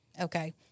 okay